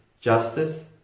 Justice